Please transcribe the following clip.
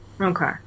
Okay